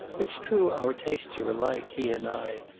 it's true our tastes are alike he and i,